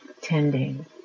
tending